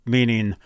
Meaning